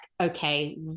okay